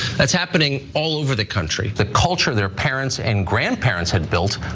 that's happening all over the country, the culture their parents and grandparents had built,